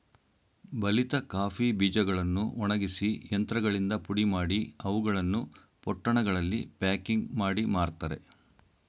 ಬಲಿತ ಕಾಫಿ ಬೀಜಗಳನ್ನು ಒಣಗಿಸಿ ಯಂತ್ರಗಳಿಂದ ಪುಡಿಮಾಡಿ, ಅವುಗಳನ್ನು ಪೊಟ್ಟಣಗಳಲ್ಲಿ ಪ್ಯಾಕಿಂಗ್ ಮಾಡಿ ಮಾರ್ತರೆ